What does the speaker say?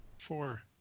four